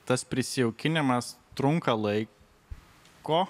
tas prisijaukinimas trunka laiko